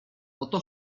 oto